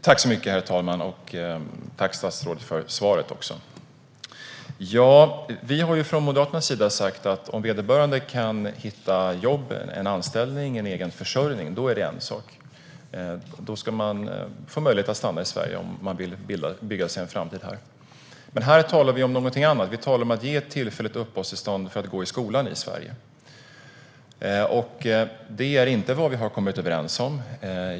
Herr talman! Tack, statsrådet, för svaret! Från Moderaternas sida har vi ju sagt att om vederbörande kan hitta jobb, anställning, egen försörjning, då är det en sak. Då ska man få möjlighet att stanna i Sverige om man vill bygga sig en framtid här. Men här talar vi om någonting annat. Vi talar om att ge tillfälligt uppehållstillstånd för att gå i skolan i Sverige. Det är inte vad vi har kommit överens om.